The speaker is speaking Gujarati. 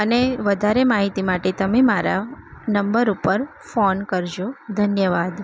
અને વધારે માહિતી માટે તમે મારા નંબર ઉપર ફોન કરજો ધન્યવાદ